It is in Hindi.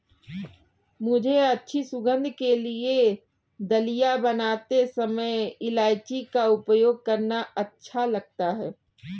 मुझे अच्छी सुगंध के लिए दलिया बनाते समय इलायची का उपयोग करना अच्छा लगता है